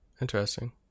interesting